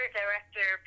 director